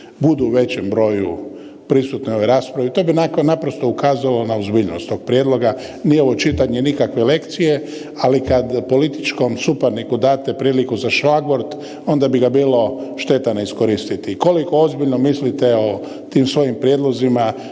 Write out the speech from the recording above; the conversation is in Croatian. budu u većem broju prisutne ovoj raspravi, to bi onako naprosto ukazalo na ozbiljnost tog prijedloga, nije ovo čitanje nikakve lekcije, ali kad političkom suparniku date priliku za šlagvort onda bi ga bilo šteta ne iskoristiti. I koliko ozbiljno mislite o tim svojim prijedlozima